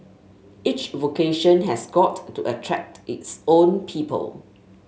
each vocation has got to attract its own people